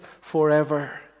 forever